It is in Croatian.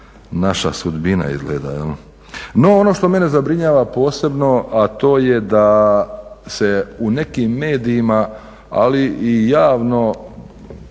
naša sudbina izgleda. No, ono što mene zabrinjava posebno a to je da se u nekim medijima, ali i javno,